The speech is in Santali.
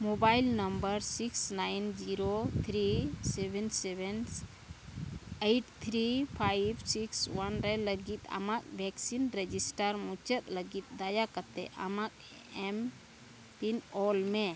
mobile number six nine zero three seven seven eight three five six one ᱨᱮ ᱞᱟᱹᱜᱤᱫ ᱟᱢᱟᱜ ᱵᱷᱮᱠᱥᱤᱱ ᱨᱮᱡᱤᱥᱴᱟᱨ ᱢᱩᱪᱟᱹᱫ ᱞᱟᱹᱜᱤᱫ ᱫᱟᱭᱟ ᱠᱟᱛᱮᱫ ᱟᱢᱟᱜ ᱮᱢ ᱯᱤᱱ ᱚᱞ ᱢᱮ